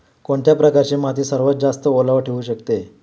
कोणत्या प्रकारची माती सर्वात जास्त ओलावा ठेवू शकते?